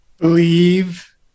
Believe